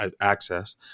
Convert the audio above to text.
access